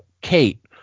Kate